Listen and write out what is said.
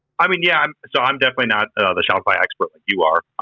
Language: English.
i mean, yeah, so i'm definitely not the shopify expert like you are,